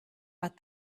but